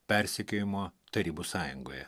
persekiojimo tarybų sąjungoje